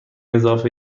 اضافه